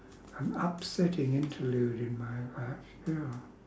an upsetting interlude in my uh ya